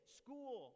school